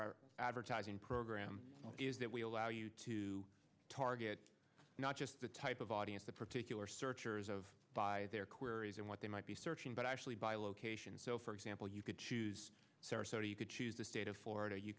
our advertising program is that we allow you to target not just the type of audience the particular searchers of their queries and what they might be searching but actually by location so for example you could choose sarasota you could choose the state of florida you